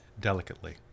delicately